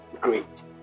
Great